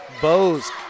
bose